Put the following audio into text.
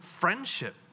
friendship